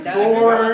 four